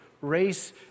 Race